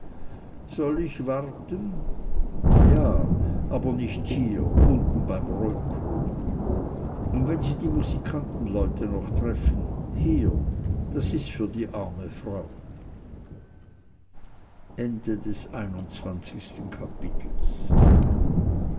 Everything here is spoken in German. soll ich warten ja aber nicht hier unten beim rollkrug und wenn sie die musikantenleute noch treffen hier das ist für die arme frau